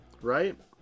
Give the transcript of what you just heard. right